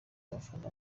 bafana